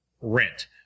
rent